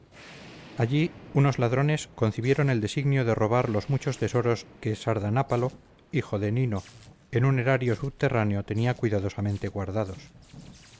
allí unos ladrones concibieron el designio de robar los muchos tesoros que sardanápalo hijo de nino en un erario subterráneo tenía cuidadosamente guardados